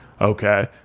Okay